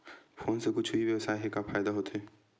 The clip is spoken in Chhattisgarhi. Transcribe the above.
फोन से कुछु ई व्यवसाय हे फ़ायदा होथे?